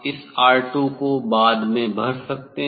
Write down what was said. आप इस 'R2' को बाद में भर सकते हैं